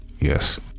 Yes